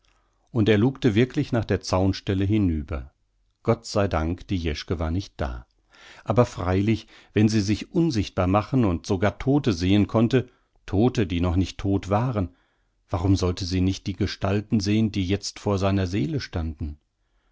und er lugte wirklich nach der zaunstelle hinüber gott sei dank die jeschke war nicht da aber freilich wenn sie sich unsichtbar machen und sogar todte sehen konnte todte die noch nicht todt waren warum sollte sie nicht die gestalten sehn die jetzt vor seiner seele standen